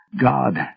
God